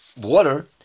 water